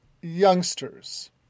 youngsters